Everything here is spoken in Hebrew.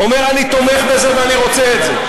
אומר: אני תומך בזה ואני רוצה את זה,